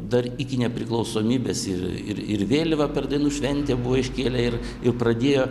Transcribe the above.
dar iki nepriklausomybės ir ir ir vėliavą per dainų šventę buvo iškėlę ir ir pradėjo